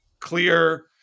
clear